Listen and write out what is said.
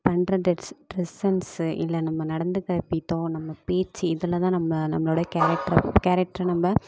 பண்ணுற டெட்ஸ் dress sense இல்லை நம்ம நடந்துக்கிற விதம் நம்ம பேச்சு இதில் தான் நம்ம நம்மளோடைய கேரக்டர் கேரக்டரை நம்ப